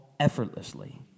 Effortlessly